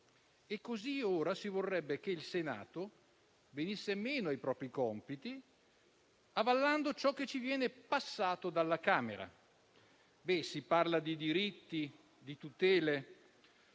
E così, ora si vorrebbe che il Senato venisse meno ai propri compiti, avallando ciò che ci viene passato dalla Camera dei deputati. Si parla di diritti e tutele,